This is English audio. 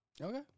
Okay